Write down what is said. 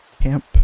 camp